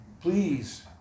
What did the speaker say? please